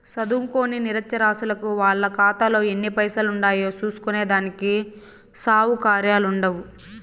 సదుంకోని నిరచ్చరాసులకు వాళ్ళ కాతాలో ఎన్ని పైసలుండాయో సూస్కునే దానికి సవుకర్యాలుండవ్